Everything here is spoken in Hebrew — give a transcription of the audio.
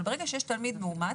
אבל ברגע שיש תלמיד מאומת,